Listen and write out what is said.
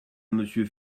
monsieur